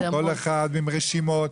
כל אחד עם רשימות.